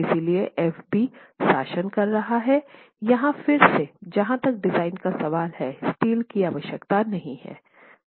इसलिए Fb शासन कर रहा है यहां फिर से जहां तक डिज़ाइन का सवाल है स्टील की आवश्यकता नहीं है